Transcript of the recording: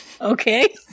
Okay